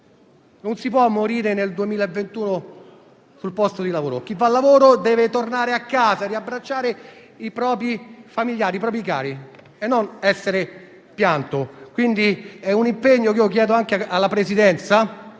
Non si può morire nel 2021 sul posto di lavoro. Chi va al lavoro deve tornare a casa, riabbracciare i propri familiari, i propri cari e non essere pianto. Chiedo quindi un impegno anche alla Presidenza,